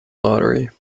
lottery